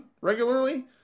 regularly